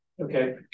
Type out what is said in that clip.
Okay